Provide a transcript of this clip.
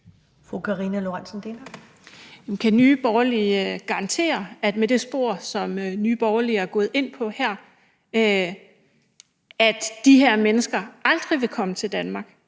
Kan Nye Borgerlige garantere, at med det spor, som Nye Borgerlige er gået ind på her, så vil de her mennesker aldrig komme til Danmark